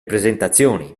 presentazioni